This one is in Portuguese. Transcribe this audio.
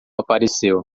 apareceu